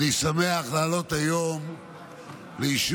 ואחרי עיון בהמלצות של ועדת